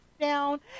down